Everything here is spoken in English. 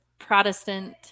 Protestant